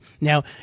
Now